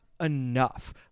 enough